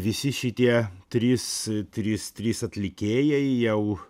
visi šitie trys trys trys atlikėjai jau